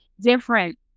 different